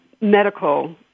medical